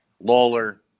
Lawler